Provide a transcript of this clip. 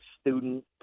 student